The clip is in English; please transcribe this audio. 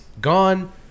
gone